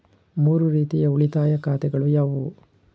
ಮೂರು ರೀತಿಯ ಉಳಿತಾಯ ಖಾತೆಗಳು ಯಾವುವು?